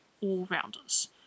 all-rounders